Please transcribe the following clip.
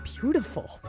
beautiful